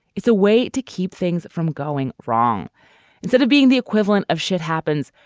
it's a way to keep things from going wrong instead of being the equivalent of shit happens.